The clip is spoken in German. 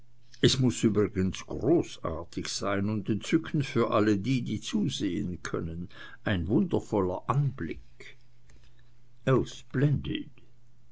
es muß übrigens großartig sein und entzückend für alle die die zusehen können ein wundervoller anblick o splendid